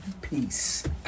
peace